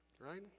Right